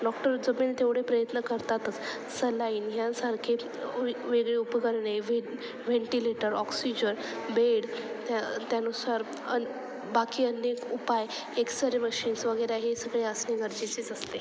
doctor जमेल तेवढे प्रयत्न करतातच सलाईन ह्यांसारखे व वेगळे उपकरणे वें व्हेंटिलेटर ऑक्सिजन बेड त्या त्यानुसार आणि बाकी अनेक उपाय एक्स रे मशीन्स वगैरे हे सगळे असणे गरजेचेच असते